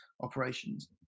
operations